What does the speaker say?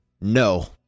no